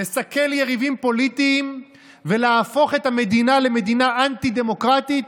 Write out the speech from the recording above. לסכל יריבים פוליטיים ולהפוך את המדינה למדינה אנטי-דמוקרטית?